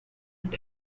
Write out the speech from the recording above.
and